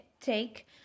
take